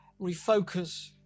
refocus